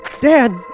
Dad